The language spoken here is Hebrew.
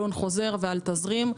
על הון חוזר ועל תזרים.